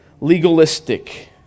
legalistic